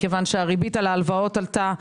מכיוון שהריבית על ההלוואות עלתה,